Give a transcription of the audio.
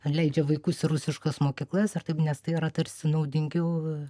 leidžia vaikus į rusiškas mokyklas ar taip nes tai yra tarsi naudingiau